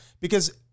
Because-